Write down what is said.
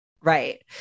Right